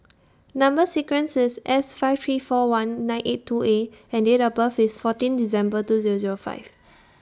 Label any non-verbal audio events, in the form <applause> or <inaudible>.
Number sequence IS S five three four one nine eight two A and Date of birth IS fourteen December <noise> two Zero Zero five